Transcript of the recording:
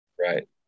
Right